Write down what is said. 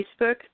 Facebook